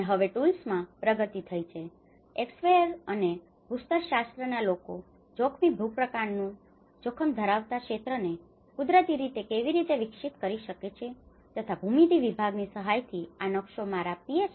અને હવે ટૂલ્સમાં પ્રગતિથઈછે એકસર્વેયરsurveyor સર્વેક્ષણ અને ભૂસ્તરશાસ્ત્રના લોકો જોખમી ભૂપ્રકાંડનું જોખમ ધરાવતા ક્ષેત્રને કુદરતી રીતે કેવી રીતે વિકસિત કરી શકે છે તથા ભૂમિતિ વિભાગની સહાયથી આ નકશો મારા પીએચ